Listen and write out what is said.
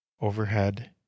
overhead